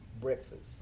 breakfast